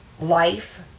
life